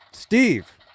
Steve